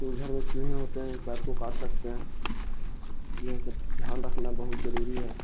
پھر وہ گھر میں چوہے ہوتے ہیں پائپ کو کاٹ سکتے ہیں یہ سب دھیان رکھنا بہت ضروری ہے